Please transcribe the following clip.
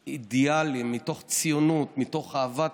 אידיאלים, מתוך ציונות, מתוך אהבת